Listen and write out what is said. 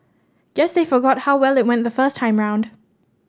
guess they forgot how well it went the first time round